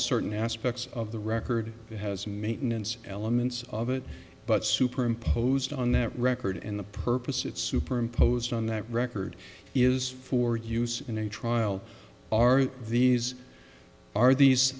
certain aspects of the record it has maintenance elements of it but superimposed on that record in the purpose it superimposed on that record is for use in a trial are these are these